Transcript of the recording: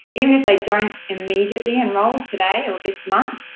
even if they don't immediately enroll today or this month,